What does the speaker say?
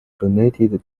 donated